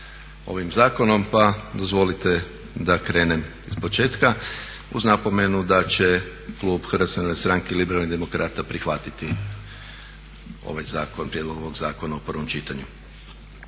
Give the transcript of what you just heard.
ovim zakonom pa dozvolite da krenem ispočetka uz napomenu da će klub HNS-a Liberalnih demokrata prihvatiti ovaj zakon, prijedlog ovog zakona u prvom čitanju.